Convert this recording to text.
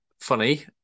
funny